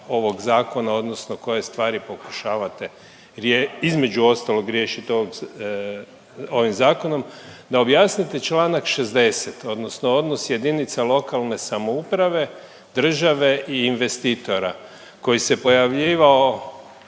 ovog zakona odnosno koje stvari pokušavate između ostalog riješit ovim zakonom, da objasnite čl. 60. odnosno odnos jedinica lokalne samouprave, države i investitora koji se pojavljivao